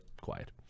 quiet